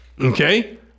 okay